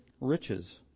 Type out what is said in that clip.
riches